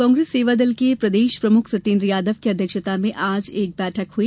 कांग्रेस सेवादल के प्रदेश प्रमुख सत्येन्द्र यादव की अध्यक्षता आज एक बैठक हुई